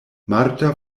marta